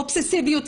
אובססיביות,